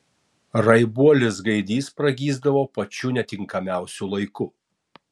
raibuolis gaidys pragysdavo pačiu netinkamiausiu laiku